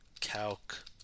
calc